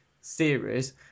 series